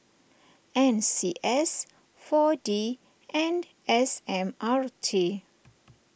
N C S four D and S M R T